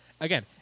again